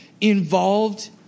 involved